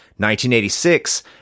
1986